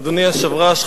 אדוני היושב-ראש,